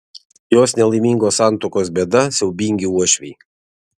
jos nelaimingos santuokos bėda siaubingi uošviai